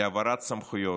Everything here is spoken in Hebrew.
להעברת סמכויות,